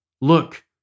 Look